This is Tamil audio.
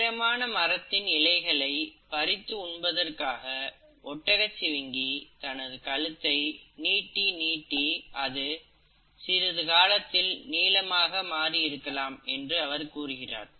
உயரமான மரத்தின் இலைகளைப் பறித்து உண்பதற்காக ஒட்டகச்சிவிங்கி தனது கழுத்தை நீட்டி நீட்டி அது சிறிது காலத்தில் நீளமாக மாறி இருக்கலாம் என்று அவர் கூறுகிறார்